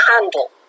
handle